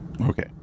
Okay